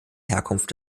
herkunft